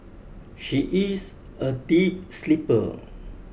she is a deep sleeper